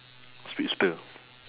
speedster